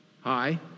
hi